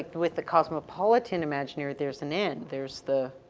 with the cosmopolitan imaginary, there's an end. there's the,